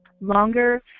longer